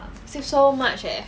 save so much eh